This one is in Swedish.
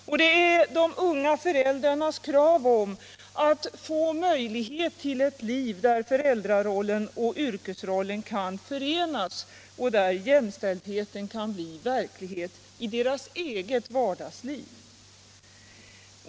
Och det är de unga föräldrarnas krav på att få möjlighet till ett liv där föräldrarollen och yrkesrollen kan förenas och där jämställdheten kan bli verklighet i deras eget vardagsliv.